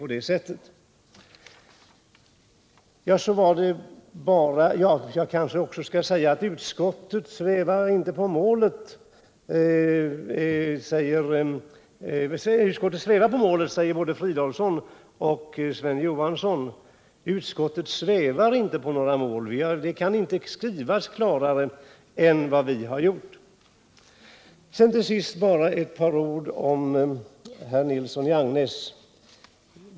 Både Filip Fridolfsson och Sven Johansson säger att utskottet svävar på målet. Det är inte riktigt. Utskottets uppfattning kan inte uttryckas klarare än vad vi har gjort. Till sist bara några ord om Tore Nilssons i Agnäs inlägg.